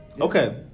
Okay